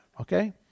okay